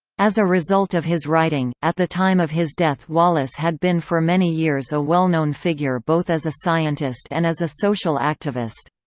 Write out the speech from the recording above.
as a result of his writing, at the time of his death wallace had been for many years a well-known figure both as a scientist and as a social activist.